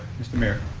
mr. mayor?